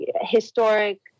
historic